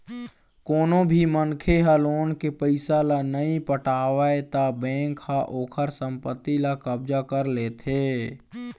कोनो भी मनखे ह लोन के पइसा ल नइ पटावय त बेंक ह ओखर संपत्ति ल कब्जा कर लेथे